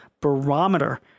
barometer